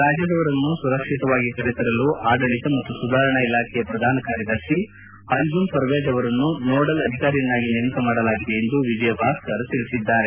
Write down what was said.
ರಾಜ್ಯದವರನ್ನು ಸುರಕ್ಷಿತವಾಗಿ ಕರೆತರಲು ಆಡಳಿತ ಮತ್ತು ಸುಧಾರಣಾ ಇಲಾಖೆಯ ಪ್ರಧಾನ ಕಾರ್ಯದರ್ಶಿ ಅಂಜುಂ ಪರ್ವೇಜ್ ಅವರನ್ನು ನೋಡಲ್ ಅಧಿಕಾರಿಯನ್ನಾಗಿ ನೇಮಕ ಮಾಡಲಾಗಿದೆ ಎಂದು ವಿಜಯ ಭಾಸ್ಕರ್ ತಿಳಿಸಿದ್ದಾರೆ